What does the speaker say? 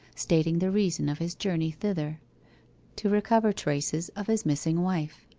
stating the reason of his journey thither to recover traces of his missing wife.